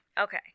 Okay